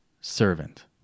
servant